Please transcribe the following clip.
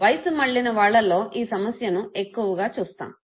వయసు మళ్ళిన వాళ్లలో ఈ సమస్యను ఎక్కువగా చూస్తాము